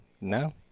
No